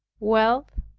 wealth,